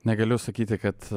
negaliu sakyti kad